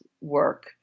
work